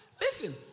Listen